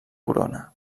corona